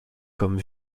comme